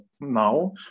now